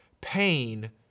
pain